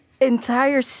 Entire